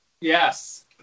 Yes